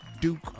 Duke